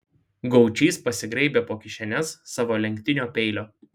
gaučys pasigraibė po kišenes savo lenktinio peilio